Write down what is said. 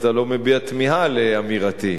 שאתה לא מביע תמיהה על אמירתי.